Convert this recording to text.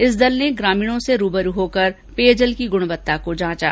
इस दल ने ग्रामीणों से रूबरू होकर पेयजल की गुणवत्ता को जांचा